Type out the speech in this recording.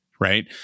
Right